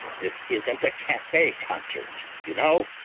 this isn't a cafe concert, you know!